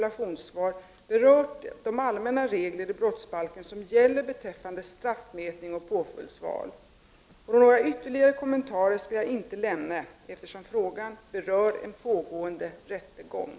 Anser statsrådet att rättsreglerna är till fyllest för att förhindra att kvinnodiskriminerande kulturmönster tas till intäkt för förmildrande domar vid övergrepp mot kvinnor?